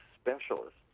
specialists